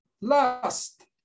last